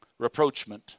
reproachment